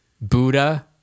Buddha